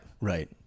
right